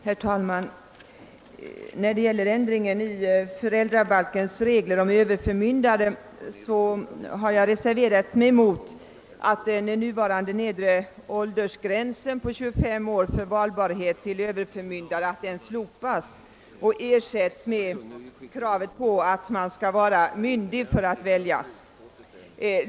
Herr talman! Vad gäller ändringen i föräldrabalkens regler om överförmyndare har jag reserverat mig mot att den nuvarande nedre åldersgränsen om 25 år för valbarhet till övermyndare slopas och ersätts med krav på att den som uppdraget avser är myndig.